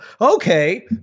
Okay